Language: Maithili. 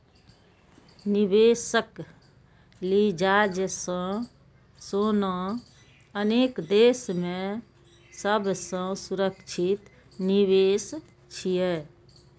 निवेशक लिजाज सं सोना अनेक देश मे सबसं सुरक्षित निवेश छियै